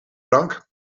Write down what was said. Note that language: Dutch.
drank